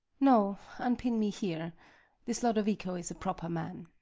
no, unpin me here this lodovico is a proper man.